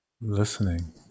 Listening